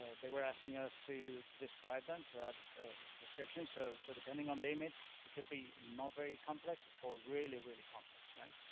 ah they were asking us to describe them, to add description. so so depending on the image, it could be not very complex or really really complex. right?